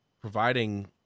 providing